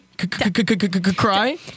Cry